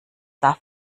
darf